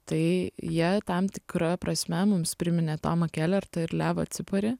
tai jie tam tikra prasme mums priminė tomą kelertą ir levą ciparį